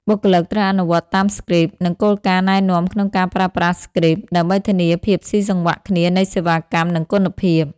បុគ្គលិក ត្រូវអនុវត្តតាម Scripts និងគោលការណ៍ណែនាំក្នុងការប្រើប្រាស់ Scripts ដើម្បីធានាភាពស៊ីសង្វាក់គ្នានៃសេវាកម្ម និងគុណភាព។